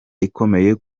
ikomeye